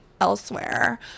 elsewhere